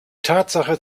tatsache